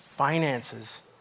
Finances